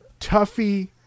Tuffy